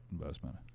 investment